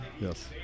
Yes